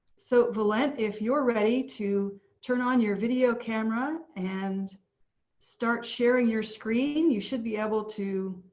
so v'lent if you're ready to turn on your video camera and start sharing your screen, you should be able to.